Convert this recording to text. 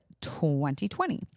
2020